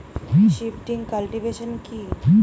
Shifting cultivation কি?